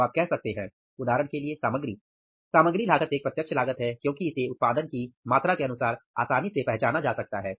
तो आप कह सकते हैं उदाहरण के लिए सामग्री सामग्री लागत एक प्रत्यक्ष लागत है क्योंकि इसे उत्पादन की मात्रा के अनुसार आसानी से पहचाना जा सकता है